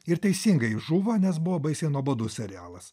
ir teisingai žuvo nes buvo baisiai nuobodus serialas